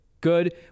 good